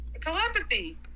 Telepathy